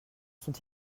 sont